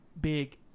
big